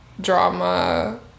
drama